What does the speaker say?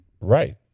Right